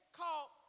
called